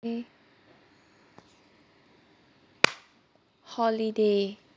okay holiday